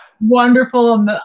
wonderful